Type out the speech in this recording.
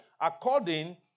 according